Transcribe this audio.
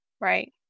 right